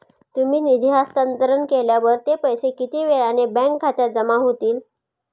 तुम्ही निधी हस्तांतरण केल्यावर ते पैसे किती वेळाने बँक खात्यात जमा होतील?